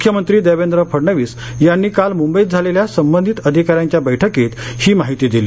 मुख्यमंत्री देवेंद्र फडणवीस यांनी काल मुंबईत झालेल्या संबंधित अधिकाऱ्यांच्या बैठकीत ही माहिती दिली